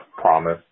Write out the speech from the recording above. promise